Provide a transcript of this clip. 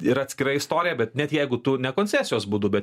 yra atskira istorija bet net jeigu tu ne koncesijos būdu bet